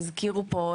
הזכירו פה,